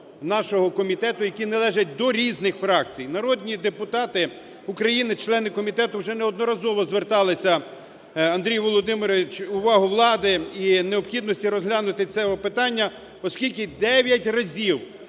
Народні депутати України, члени комітету, вже неодноразово звертали, Андрію Володимировичу, увагу влади і необхідності розглянути це питання, оскільки 9 разів